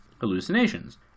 hallucinations